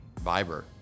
Viber